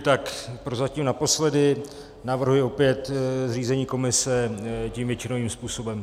Tak prozatím naposledy, navrhuji opět zřízení komise tím většinovým způsobem.